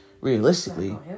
realistically